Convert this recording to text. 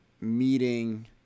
meeting